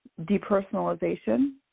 depersonalization